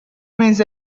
means